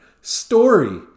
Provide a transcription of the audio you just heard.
Story